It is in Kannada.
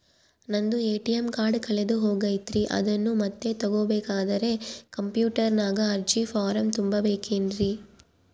ನಂದು ಎ.ಟಿ.ಎಂ ಕಾರ್ಡ್ ಕಳೆದು ಹೋಗೈತ್ರಿ ಅದನ್ನು ಮತ್ತೆ ತಗೋಬೇಕಾದರೆ ಕಂಪ್ಯೂಟರ್ ನಾಗ ಅರ್ಜಿ ಫಾರಂ ತುಂಬಬೇಕನ್ರಿ?